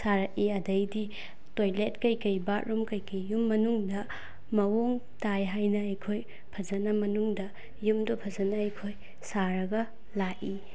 ꯁꯥꯔꯛꯏ ꯑꯗꯩꯗꯤ ꯇꯣꯏꯂꯦꯠ ꯀꯩꯀꯩ ꯕꯥꯠꯔꯨꯝ ꯀꯩꯀꯩ ꯌꯨꯝ ꯃꯅꯨꯡꯗ ꯃꯑꯣꯡ ꯇꯥꯏ ꯍꯥꯏꯅ ꯑꯩꯈꯣꯏ ꯐꯖꯅ ꯃꯅꯨꯡꯗ ꯌꯨꯝꯗꯣ ꯐꯖꯅ ꯑꯩꯈꯣꯏ ꯁꯥꯔꯒ ꯂꯥꯛꯏ